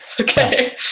Okay